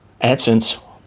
adsense